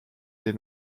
des